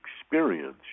experience